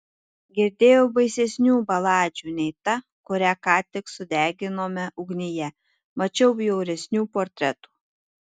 girdėjau baisesnių baladžių nei ta kurią ką tik sudeginome ugnyje mačiau bjauresnių portretų